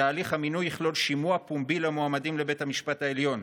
ותהליך המינוי יכלול שימוע פומבי למועמדים לבית המשפט העליון.